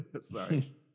sorry